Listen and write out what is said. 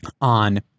on